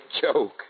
joke